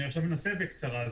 אני אנסה בקצרה.